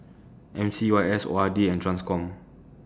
M C Y S O R D and TRANSCOM